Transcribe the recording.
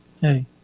hey